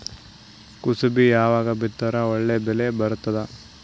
ಕುಸಬಿ ಯಾವಾಗ ಬಿತ್ತಿದರ ಒಳ್ಳೆ ಬೆಲೆ ಬರತದ?